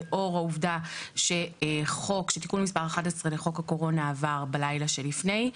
לאור העובדה שתיקון מס' 11 לחוק הקורונה עבר בלילה שלפני.